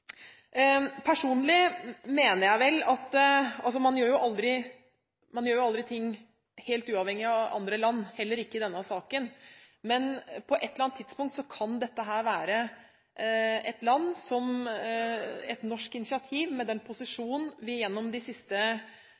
man aldri gjør ting helt uavhengig av andre land, heller ikke i denne saken. Men på et eller annet tidspunkt kan dette være et land som på Norges initiativ – med den posisjonen vi har klart å skape gjennom det siste